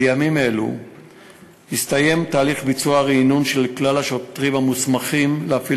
בימים אלו הסתיים תהליך הרענון של כלל השוטרים המוסמכים להפעיל